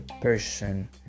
person